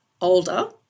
older